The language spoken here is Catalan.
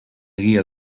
guia